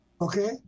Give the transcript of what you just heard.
Okay